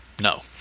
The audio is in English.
no